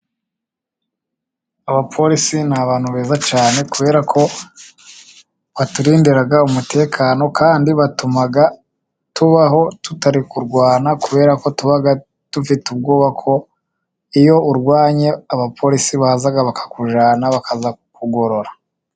Abapolisi ni abantu beza cyane kubera ko baturindira umutekano kandi batuma tubaho tutari kurwana, kubera ko tuba dufite ubwoba ko iyo urwanye abapolisi baza bakakujyana bakajya ku kugorora.